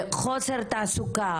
כמו חוסר תעסוקה,